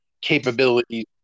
capabilities